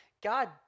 God